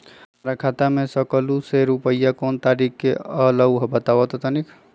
हमर खाता में सकलू से रूपया कोन तारीक के अलऊह बताहु त तनिक?